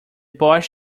boss